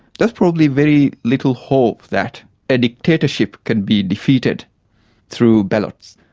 there's probably very little hope that a dictatorship can be defeated through ballots.